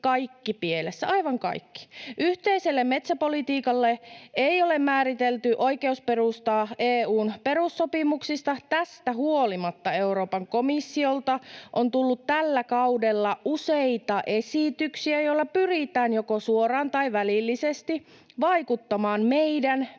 Yhteiselle metsäpolitiikalle ei ole määritelty oikeusperustaa EU:n perussopimuksista. Tästä huolimatta Euroopan komissiolta on tullut tällä kaudella useita esityksiä, joilla pyritään joko suoraan tai välillisesti vaikuttamaan meidän metsiimme.